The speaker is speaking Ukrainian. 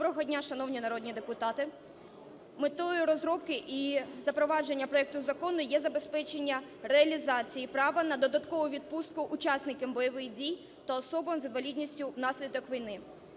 Доброго дня, шановні народні депутати! Метою розробки і запровадження проекту закону є забезпечення реалізації права на додаткову відпустку учасникам бойових дій та особам з інвалідністю внаслідок війни.